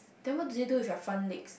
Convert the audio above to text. then what do they do with their front legs